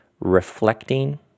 reflecting